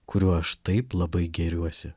kuriuo aš taip labai gėriuosi